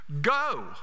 Go